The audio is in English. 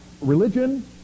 religion